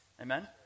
Amen